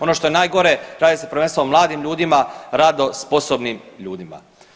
Ono što je najgore radi se prvenstveno o mladim ljudima, radno sposobnim ljudima.